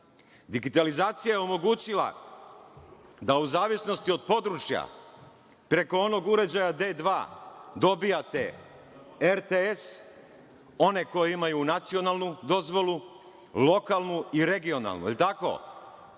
Digitalizacija je omogućila da, u zavisnosti od područja, preko onog uređaja D2 dobijate RTS, one koji imaju nacionalnu dozvolu, lokalnu i regionalnu.